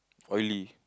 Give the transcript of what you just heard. oily